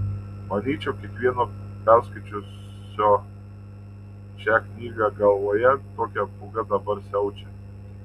manyčiau kiekvieno perskaičiusio šią knygą galvoje tokia pūga dabar siaučia